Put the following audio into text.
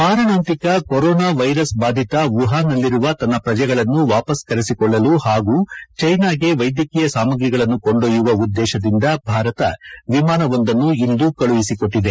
ಮಾರಣಾಂತಿಕ corona virus ಬಾಧಿತ ವುಹಾನ್ನಲ್ಲಿರುವ ತನ್ನ ಪ್ರಜೆಗಳನ್ನು ವಾಪಸ್ ಕರೆಸಿಕೊಳ್ಳಲು ಹಾಗೂ ಚೀನಾಕ್ಕೆ ವೈದ್ಯಕೀಯ ಸಾಮಗ್ರಿಗಳನ್ನು ಕೊಂಡೊಯ್ಲುವ ಉದ್ದೇಶದಿಂದ ಭಾರತ ವಿಮಾನವೊಂದನ್ನು ಇಂದು ಕಳುಹಿಸಿಕೊಟ್ಟದೆ